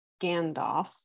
Gandalf